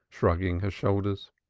shrugging her shoulders.